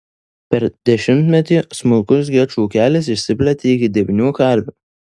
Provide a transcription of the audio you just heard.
per dešimtmetį smulkus gečų ūkelis išsiplėtė iki devynių karvių